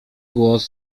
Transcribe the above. głos